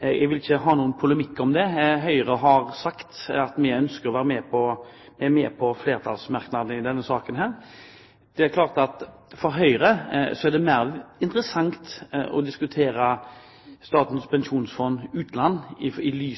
Jeg vil ikke ha noen polemikk om det. Høyre har sagt at vi ønsker å være med på flertallsmerknaden i denne saken. For Høyre er det mer interessant å diskutere Statens pensjonsfond – Utland i